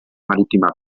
marítima